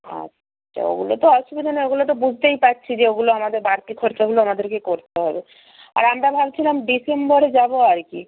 আচ্ছা ওগুলো তো অসুবিধা নেই ওগুলো তো বুঝতেই পারছি যে ওগুলো আমাদের বাড়তি খরচাগুলো আমাদেরকেই করতে হবে আর আমরা ভাবছিলাম ডিসেম্বরে যাব আর কি